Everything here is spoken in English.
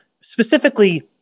specifically